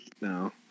No